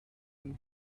and